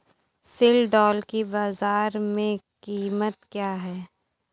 सिल्ड्राल की बाजार में कीमत क्या है?